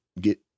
get